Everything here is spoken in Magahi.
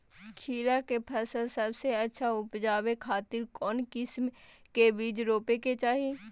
खीरा के फसल सबसे अच्छा उबजावे खातिर कौन किस्म के बीज रोपे के चाही?